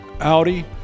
Audi